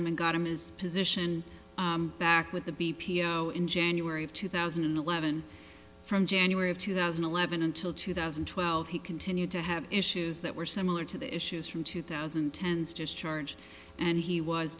him and got him his position back with the b p oh in january of two thousand and eleven from january of two thousand and eleven until two thousand and twelve he continued to have issues that were similar to the issues from two thousand tends to charge and he was